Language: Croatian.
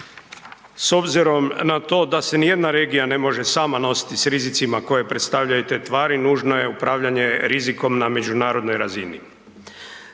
S obzirom na to da se ni jedna regija ne može sama nositi s rizicima koje predstavljaju te tvari nužno je upravljanje rizikom na međunarodnoj razini.